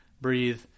breathe